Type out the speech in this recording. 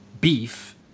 beef